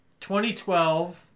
2012